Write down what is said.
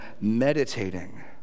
meditating